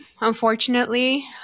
unfortunately